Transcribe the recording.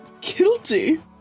Guilty